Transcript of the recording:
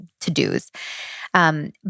to-dos